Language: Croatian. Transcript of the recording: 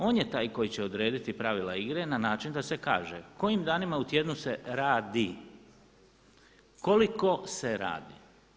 On je taj koji će odrediti pravila igre na način da se kaže kojim danima u tjednu se radi, koliko se radi.